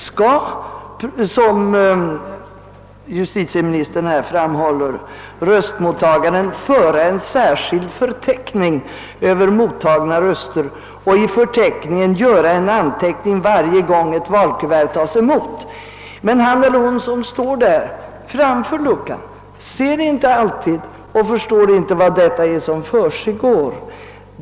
Som justitieministern framhållit skall röstmottagaren vid poströstning föra en särskild förteckning över mottagna röstsedlar och i förteckningen varje gång göra en anteckning, när ett kuvert tas emot, men den som står framför luckan ser inte alltid och förstår kanske inte vad som försiggår.